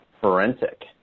forensic